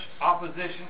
opposition